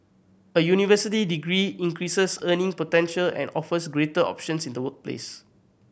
a university degree increases earning potential and offers greater options in the workplace